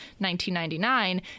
$19.99